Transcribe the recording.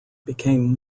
became